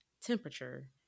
temperature